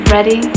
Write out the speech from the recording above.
Ready